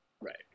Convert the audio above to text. Right